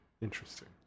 Interesting